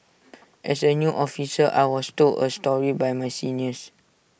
as A new officer I was told A story by my seniors